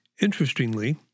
Interestingly